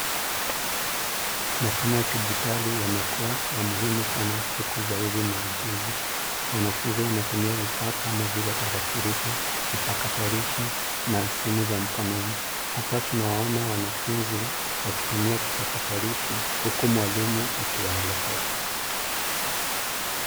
Masomo ya kidijitali yamekuwa ya muhimu sana siku za hivi majuzi. Wanafunzi wanatumia vifaa kama vile tarakilishi, vipakatalishi, na simu za mkononi. Hapa tunawaona wanafunzi wakitumia kipakatalishi, huku mwalimu akiwaongoza.